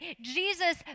Jesus